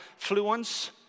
Fluence